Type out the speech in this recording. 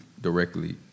directly